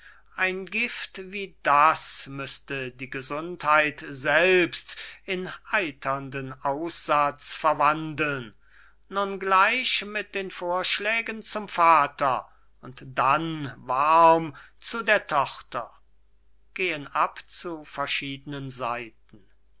ein gift wie das müßte die gesundheit selbst in eiternden aussatz verwandeln nun gleich mit den vorschlägen zum vater und dann warm zu der tochter